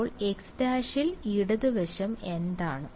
അപ്പോൾ xൽ ഇടത് വശം എന്താണ്